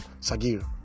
Sagir